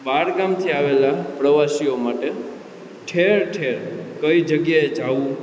બહારગામથી આવેલા પ્રવાસીઓ માટે ઠેર ઠેર કઈ જગ્યાએ જાવું